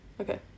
okay